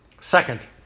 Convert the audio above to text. Second